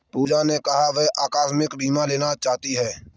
पूजा ने कहा कि वह आकस्मिक बीमा लेना चाहती है